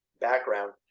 background